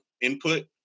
input